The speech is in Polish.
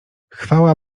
chwała